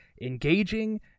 engaging